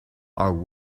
are